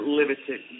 limited